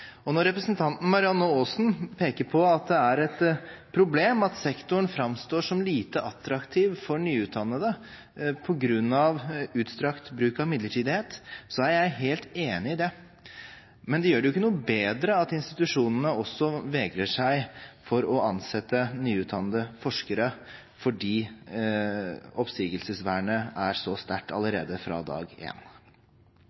utfordringen. Når representanten Marianne Aasen peker på at det er et problem at sektoren framstår som lite attraktiv for nyutdannede på grunn av utstrakt bruk av midlertidighet, er jeg helt enig i det. Men det gjør det jo ikke noe bedre at institusjonene også vegrer seg for å ansette nyutdannede forskere fordi oppsigelsesvernet er så sterkt